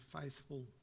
faithful